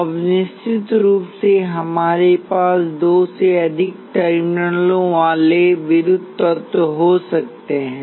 अब निश्चित रूप से हमारे पास दो से अधिक टर्मिनलों वाले विद्युत तत्व हो सकते हैं